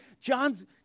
John's